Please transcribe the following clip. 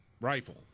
rifle